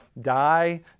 die